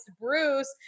Bruce